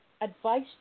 advice